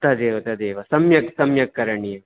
तदेव तदेव सम्यक् सम्यक् करणीयम्